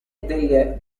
del